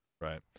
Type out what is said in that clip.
Right